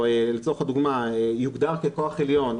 או לצורך הדוגמה יוגדר ככוח עליון,